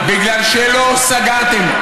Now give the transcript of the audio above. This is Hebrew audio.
בגלל שלא סגרתם.